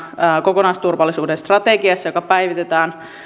kokonaisturvallisuuden strategiassa joka päivitetään